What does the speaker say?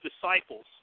disciples